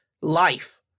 life